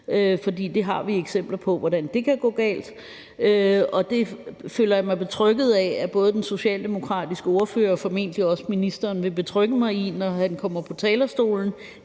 fordi det har vi eksempler på hvordan kan gå galt, og jeg føler, at den socialdemokratiske ordfører, og formentlig også ministeren, når han kommer på talerstolen,